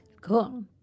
Cool